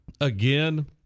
Again